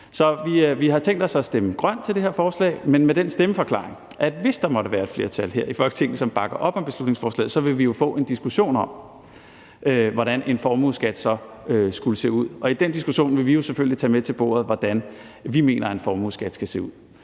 Så vi har tænkt os at stemme grønt til det her forslag, men med den stemmeforklaring, at hvis der måtte være et flertal her i Folketinget, som bakker op om beslutningsforslaget, vil vi få en diskussion om, hvordan en formueskat så skal se ud, og i den diskussion vil vi selvfølgelig tage med til bordet, hvordan vi mener en formueskat skal se ud.